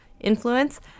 influence